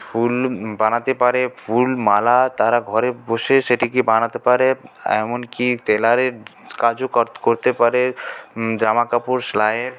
ফুল বানাতে পারে ফুল মালা তারা ঘরে বসে সেটিকে বানাতে পারে এমনকি টেলারের কাজও ক করতে পারে জামকাপড় সেলাইয়ের